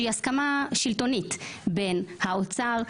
שהיא הסכמה שלטונית בין האוצר,